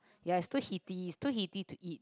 ya is too heaty too heaty to eat